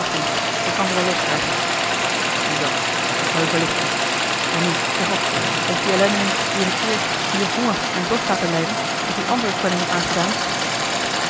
ik kan ze wel los krijgen ziezoo dat zal u verlichten en nu zeg op heeft die ellendeling u in t eerst hier honger en dorst laten lijden of u andere kwellingen aangedaan